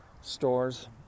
stores